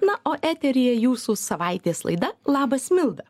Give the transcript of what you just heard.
na o eteryje jūsų savaitės laida labas milda